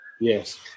Yes